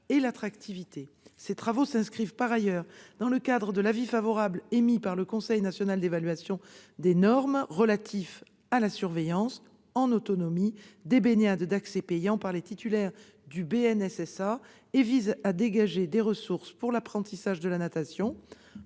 et l'attractivité. Par ailleurs, ces travaux s'inscrivent dans le cadre de l'avis favorable émis par le Conseil national d'évaluation des normes relatif à la surveillance, en autonomie, des baignades d'accès payant par les titulaires du BNSSA. Ils visent à dégager des ressources pour l'apprentissage de la natation